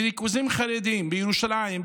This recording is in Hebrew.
בריכוזים חרדיים: בירושלים,